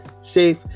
safe